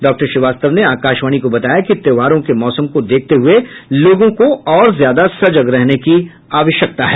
doctor Srivastava ने आकाशवाणी को बताया कि त्योहारों के मौसम को देखते हुए लोगों को और ज्यादा सजग रहने की आवश्यकता है